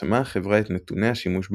פרסמה החברה את נתוני השימוש במיזם.